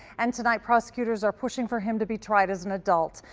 and tonight prosecutors are, pushing for him to be tried as an adult.